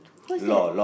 what's that